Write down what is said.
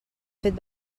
fet